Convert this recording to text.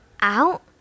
out